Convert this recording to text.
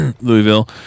Louisville